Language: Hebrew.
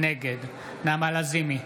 נגד נעמה לזימי,